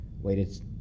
waited